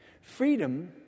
Freedom